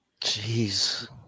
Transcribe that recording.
Jeez